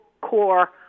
core